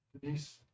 Denise